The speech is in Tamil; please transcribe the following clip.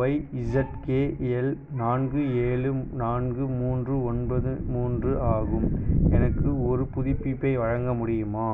ஒய்இசட்கேஎல் நான்கு ஏழு நான்கு மூன்று ஒன்பது மூன்று ஆகும் எனக்கு ஒரு புதுப்பிப்பை வழங்க முடியுமா